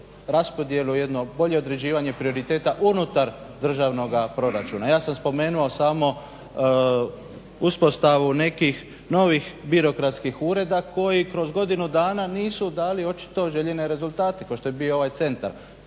raspodjelu jedno bolje određivanje prioriteta unutar državnoga proračuna. ja sam spomenuo samo uspostavu nekih novih birokratskih ureda koji kroz godinu dana nisu dali očito željene rezultate kao što je bio ovaj centar.